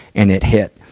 and it hit.